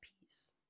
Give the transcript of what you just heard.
peace